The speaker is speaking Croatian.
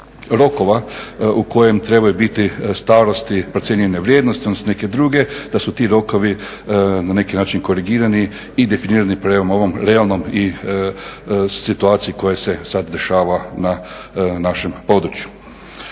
rokova u kojem trebaju biti starosti, procijenjene vrijednosti, odnosno neke druge da su ti rokovi na neki način korigirani i definirani prema ovom realnom i situaciji koja se sad dešava na našem području.